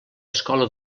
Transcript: escola